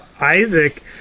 Isaac